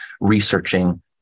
researching